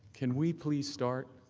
can we please start?